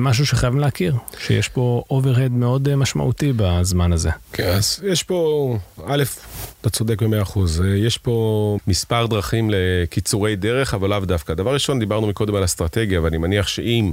משהו שחייבים להכיר, שיש פה אוברהד מאוד משמעותי בזמן הזה. כן, אז יש פה, א', אתה צודק ב-100 אחוז, יש פה מספר דרכים לקיצורי דרך, אבל לאו דווקא. דבר ראשון, דיברנו מקודם על אסטרטגיה, ואני מניח שאם...